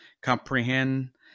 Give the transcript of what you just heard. comprehend